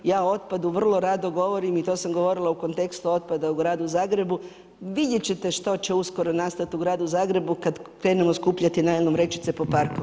Ja o otpadu vrlo rado govorim i to sam govorila u kontekstu otpada u gradu Zagrebu, vidjet ćete što će uskoro nastati u gradu Zagrebu kad krenemo skupljati najlon vrećice po parkovima.